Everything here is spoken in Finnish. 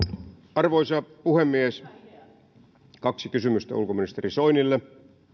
arvoisa puhemies kaksi kysymystä ulkoministeri soinille